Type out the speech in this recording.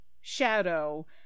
Shadow